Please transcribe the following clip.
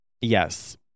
Yes